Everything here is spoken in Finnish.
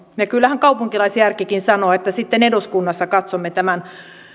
ja kyllähän kaupunkilaisjärkikin sanoo että sitten eduskunnassa katsomme tämän